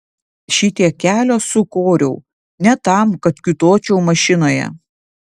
šitiek kelio sukoriau ne tam kad kiūtočiau mašinoje